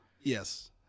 yes